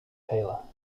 taylor